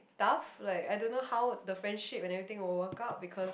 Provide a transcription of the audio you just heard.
tough like I don't know how the friendship and everything will work out because